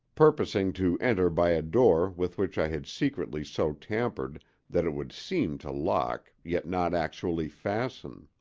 purposing to enter by a door with which i had secretly so tampered that it would seem to lock, yet not actually fasten.